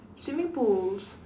swimming pools